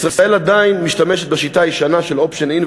ישראל עדיין משתמשת בשיטה הישנה של ה-option-in,